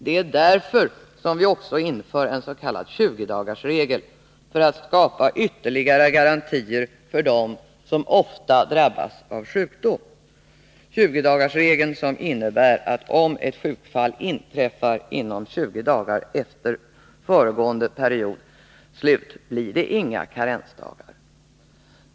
Det är också därför som vi inför en s.k. 20-dagarsregel för att skapa ytterligare garantier för dem som ofta drabbas av sjukdom. 20 dagarsregeln innebär att om ett sjukdomsfall inträffar inom 20 dagar efter föregående sjukperiods slut blir det inga karensdagar.